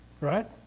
Right